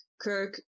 Kirk